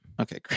Okay